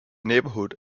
neighborhood